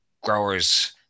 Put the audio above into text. growers